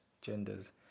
genders